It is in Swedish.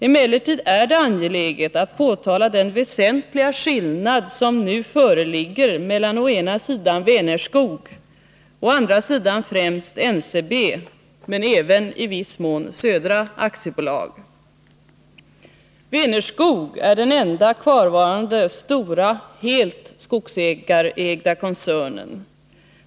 Emellertid är det angeläget att påtala den väsentliga skillnad som nu föreligger mellan å ena sidan Vänerskog och å andra sidan främst NCB, men även i viss mån Södra Skogsägarna AB. Vänerskog är den enda kvarvarande stora helt skogsägarägda koncernen.